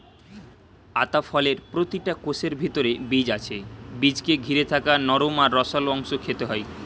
আতা ফলের প্রতিটা কোষের ভিতরে বীজ আছে বীজকে ঘিরে থাকা নরম আর রসালো অংশ খেতে হয়